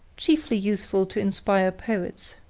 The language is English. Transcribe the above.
chiefly useful to inspire poets.